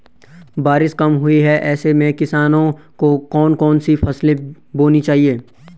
बारिश कम हुई है ऐसे में किसानों को कौन कौन सी फसलें बोनी चाहिए?